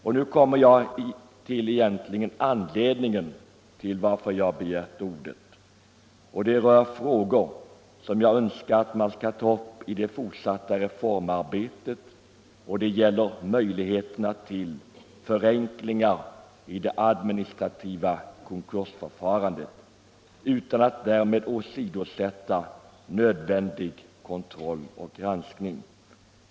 Och nu kommer jag till den egentliga anledningen till att jag har begärt ordet. Det rör frågor som jag önskar att man skall ta upp i det fortsatta reformarbetet. Det gäller möjligheterna till förenklingar i det administrativa konkursförfarandet utan att därmed kravet på nödvändig kontroll och granskning åsidosättes.